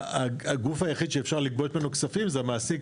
הגוף היחיד שאפשר לגבות ממנו כספים זה המעסיק,